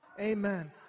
Amen